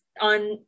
on